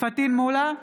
פטין מולא,